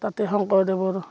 তাতে শংকৰদেৱৰ